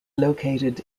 located